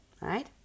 right